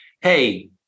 hey